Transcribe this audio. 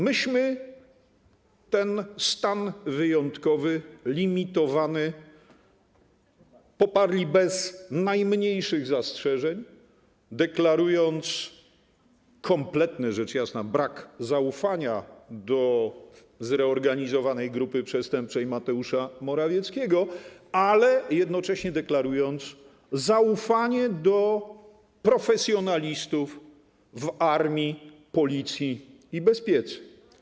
Myśmy ten stan wyjątkowy, limitowany poparli bez najmniejszych zastrzeżeń, deklarując kompletny, rzecz jasna, brak zaufania do zreorganizowanej grupy przestępczej Mateusza Morawieckiego, ale jednocześnie deklarując zaufanie do profesjonalistów w armii, policji i bezpiece.